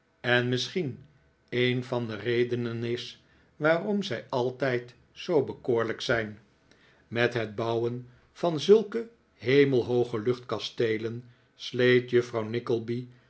en misschien een van de redenen is waarom zij altijd zoo bekoorlijk zijn met het bouwen van zulke hemelhooge luchtkasteelen sleet juffrouw nickleby